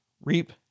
reap